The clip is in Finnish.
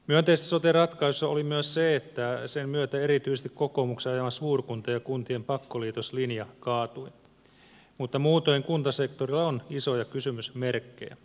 myönteistä sote ratkaisussa oli myös se että sen myötä erityisesti kokoomuksen ajama suurkunta ja kuntien pakkoliitoslinja kaatui mutta muutoin kuntasektorilla on isoja kysymysmerkkejä